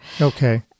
Okay